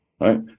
right